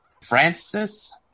Francis